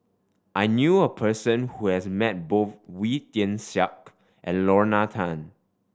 I knew a person who has met both Wee Tian Siak and Lorna Tan